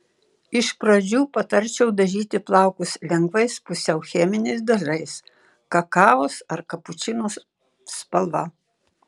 iš pradžių patarčiau dažyti plaukus lengvais pusiau cheminiais dažais kakavos ar kapučino spalva